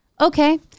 Okay